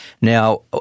Now